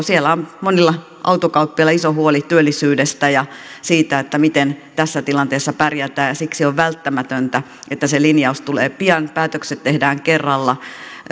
siellä on monilla autokauppiailla iso huoli työllisyydestä ja siitä miten tässä tilanteessa pärjätään ja siksi on välttämätöntä että se linjaus tulee pian ja päätökset tehdään kerralla